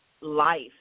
life